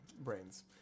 brains